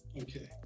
Okay